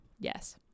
Yes